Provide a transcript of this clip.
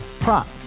Prop